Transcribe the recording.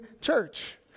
church